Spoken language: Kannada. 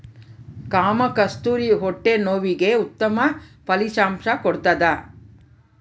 ಕಾಮಕಸ್ತೂರಿ ಹೊಟ್ಟೆ ನೋವಿಗೆ ಉತ್ತಮ ಫಲಿತಾಂಶ ಕೊಡ್ತಾದ